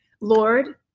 Lord